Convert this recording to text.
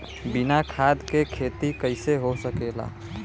बिना खाद के खेती कइसे हो सकेला?